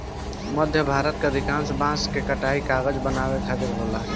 मध्य भारत में अधिकांश बांस के कटाई कागज बनावे खातिर होखेला